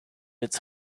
its